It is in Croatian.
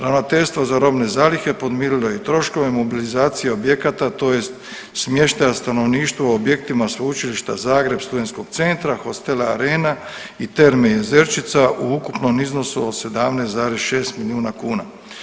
Ravnateljstvo za robne zalihe podmirilo je i troškove mobilizacije objekata tj. smještaja stanovništva u objektima Sveučilišta Zagreba, Studentskog centra, Hostela Arena i Terme Jezerčica u ukupnom iznosu od 17,6 milijuna kuna.